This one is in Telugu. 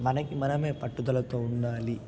మనకి మనమే పట్టుదలతో ఉండాలి